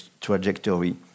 trajectory